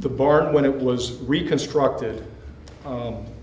the barn when it was reconstructed